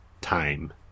time